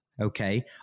okay